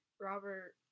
Robert-